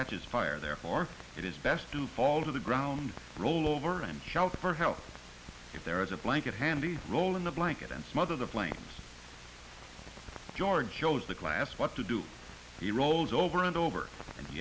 catches fire therefore it is best to fall to the ground roll over and shout for help if there is a blanket handy roll in the blanket and smother the flames georgios the glass what to do he rolls over and over and